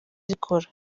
zikora